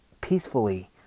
peacefully